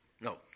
No